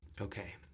Okay